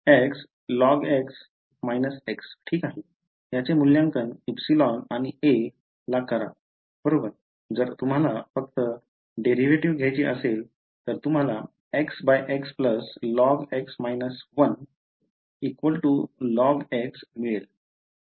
x log x ठीक आहे याचे मूल्यांकन εआणि a ला करा बरोबर जर तुम्हाला फक्त डेरिव्हेटिव्ह घ्यायचे असेल तर तुम्हाला xx log 1 log मिळेल